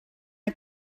een